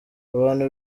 abantu